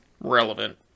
relevant